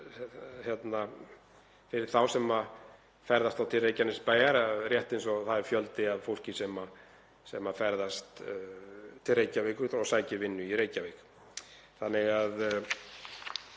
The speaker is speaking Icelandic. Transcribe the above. fyrir þá sem ferðast þá til Reykjanesbæjar að rétt eins og það er fjöldi af fólki sem ferðast til Reykjavíkur og sækir vinnu í Reykjavík.